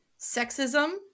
sexism